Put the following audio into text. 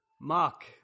Mark